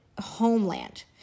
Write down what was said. homeland